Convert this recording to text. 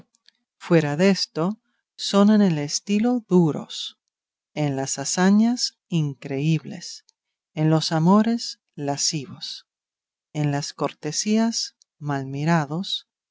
fuera desto son en el estilo duros en las hazañas increíbles en los amores lascivos en las cortesías mal mirados